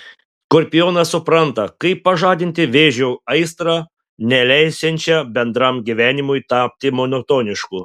skorpionas supranta kaip pažadinti vėžio aistrą neleisiančią bendram gyvenimui tapti monotonišku